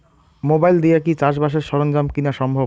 Mobile দিয়া কি চাষবাসের সরঞ্জাম কিনা সম্ভব?